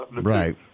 Right